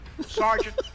Sergeant